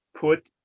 put